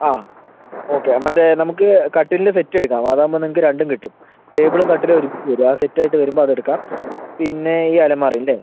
ആ ഓക്കെ മറ്റെ നമുക്ക് കട്ടിലിൻ്റ സെറ്റ് എടുക്കാം അത് ആകുമ്പം നിങ്ങൾക്ക് രണ്ടും കിട്ടും ടേബിളും കട്ടിലും ഒരുമിച്ച് വരിക ആ സെറ്റായിട്ട് വരുമ്പം അത് എടുക്കാം പിന്നെ ഈ അലമാര ഇല്ലെ